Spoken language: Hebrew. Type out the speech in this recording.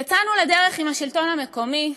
יצאנו לדרך עם השלטון המקומי,